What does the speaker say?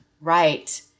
Right